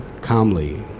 calmly